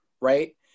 right